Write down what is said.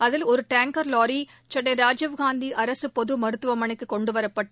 அதில் ஒரு டேங்கர் வாரி சென்னை ராஜீவ்னந்தி அரசு பொது மருத்துவமளைக்கு கொண்டுவரப்பட்டு